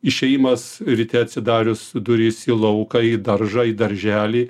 išėjimas ryte atsidarius duris į lauką į daržą į darželį